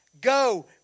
Go